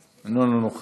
/ אין חופר בסלע שלי זולת